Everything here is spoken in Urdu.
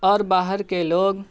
اور باہر کے لوگ